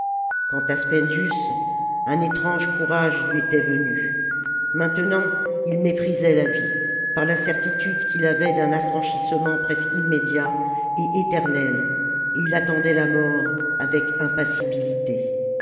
quant à spendius un étrange courage lui était venu maintenant il méprisait la vie par la certitude qu'il avait d'un affranchissement presque immédiat et éternel et il attendait la mort avec impassibilité